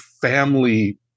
family